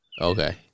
Okay